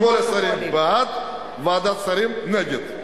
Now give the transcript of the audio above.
כל השרים בעד, ועדת שרים נגד.